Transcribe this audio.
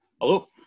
Hello